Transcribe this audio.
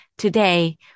Today